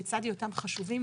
לצד היותם חשובים,